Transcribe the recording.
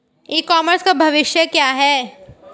ई commerce का भविष्य क्या है?